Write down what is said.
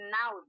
now